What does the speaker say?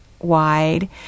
wide